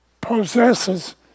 possesses